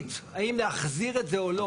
יחליט האם להחזיר את זה או לא.